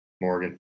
Morgan